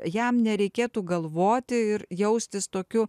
jam nereikėtų galvoti ir jaustis tokiu